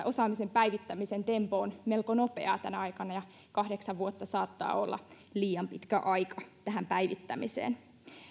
osaamisen päivittämisen tempo on melko nopeaa tänä aikana ja kahdeksan vuotta saattaa olla liian pitkä aika tähän päivittämiseen